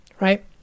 right